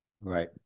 Right